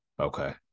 Okay